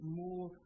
more